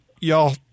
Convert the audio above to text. Y'all